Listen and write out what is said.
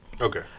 Okay